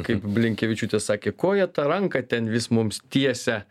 kaip blinkevičiūtė sakė ko jie tą ranką ten vis mums tiesia